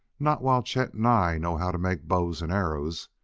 not while chet and i know how to make bows and arrows.